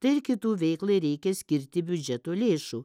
tai ir kitų veiklai reikia skirti biudžeto lėšų